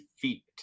feet